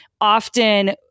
often